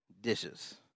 dishes